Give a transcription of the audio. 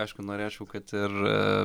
aišku norėčiau kad ir